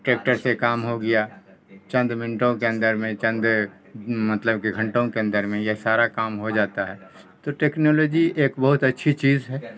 tractor سے کام ہو گیا چند منٹوں کے اندر میں چند مطلب کہ گھنٹوں کے اندر میں یہ سارا کام ہو جاتا ہے تو ٹیکنالوجی ایک بہت اچھی چیز ہے